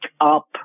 up